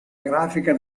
grafica